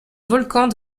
volcans